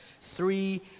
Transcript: three